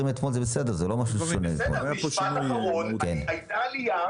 אומר: "עולה כי שיעור המאושפזים